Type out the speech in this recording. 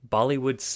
Bollywood